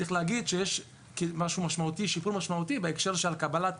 צריך להגיד שיש שיפור משמעותי בהקשר של קבלת